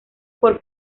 por